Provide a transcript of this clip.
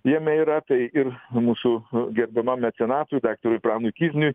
jame yra tai ir mūsų gerbiamam mecenatui daktarui pranui kizniui